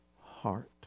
heart